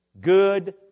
good